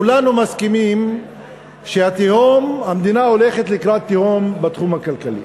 כולנו מסכימים שהמדינה הולכת לקראת תהום בתחום הכלכלי.